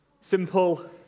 Simple